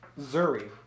Zuri